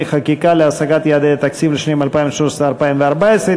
חקיקה להשגת יעדי התקציב לשנים 2014 ו-2014),